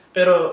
Pero